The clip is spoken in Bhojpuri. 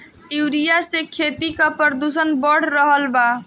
यूरिया से खेती क प्रदूषण बढ़ रहल बा